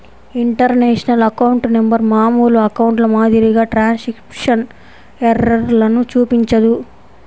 international account number మామూలు అకౌంట్ల మాదిరిగా ట్రాన్స్క్రిప్షన్ ఎర్రర్లను చూపించదు